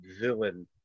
villain